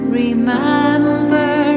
remember